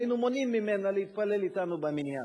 היינו מונעים ממנה להתפלל אתנו במניין.